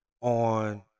on